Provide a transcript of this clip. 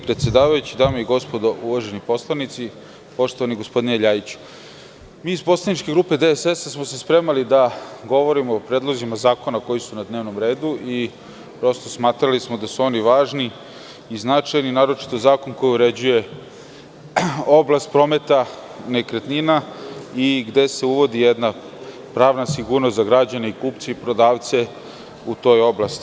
Predsedavajući, dame i gospodo uvaženi poslanici, poštovani gospodine Ljajiću, mi iz poslaničke grupe DSS spremali smo se da govorimo o predlozima zakona koji su na dnevnom redu i smatrali smo da su oni važni i značajni, a naročito zakon koji uređuje oblast prometa nekretnina i gde se uvodi jedna pravna sigurnost za građane, kupce i prodavce u toj oblasti.